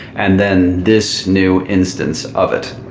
and then, this new instance of it.